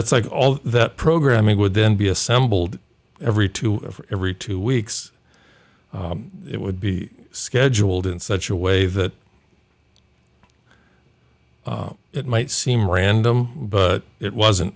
it's like all that programming would then be assembled every two or every two weeks it would be scheduled in such a way that it might seem random but it wasn't